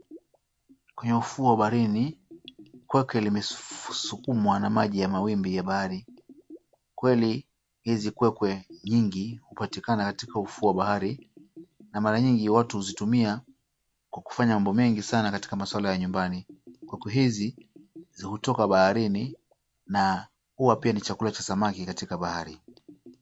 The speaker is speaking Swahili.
Kwenye ufuo wa baharini, kwekwe limesukumwa na maji ya mawimbi ya bahari. Kweli hizi kwekwe nyingi hupatikana katika ufuo wa bahari na mara nyingi watu huzitumia kwa kufanya mambo mengi sana katika maswala ya nyumbani. Kwekwe hizi hutoka baharini na huwa pia ni chakula cha samaki katika bahari.